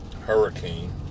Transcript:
hurricane